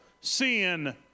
Sin